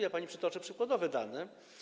Ja pani przytoczę przykładowe dane.